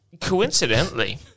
Coincidentally